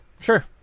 Sure